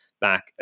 back